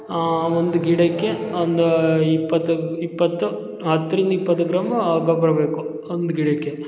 ಆ ಒಂದು ಗಿಡಕ್ಕೆ ಒಂದು ಇಪ್ಪತ್ತು ಇಪ್ಪತ್ತು ಹತ್ತರಿಂದ ಇಪ್ಪತ್ತು ಗ್ರಾಮ್ ಆ ಗೊಬ್ಬರ ಬೇಕು ಒಂದು ಗಿಡಕ್ಕೆ